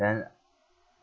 then